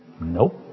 Nope